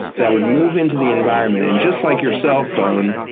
that would move into the environment and just like your cell phone,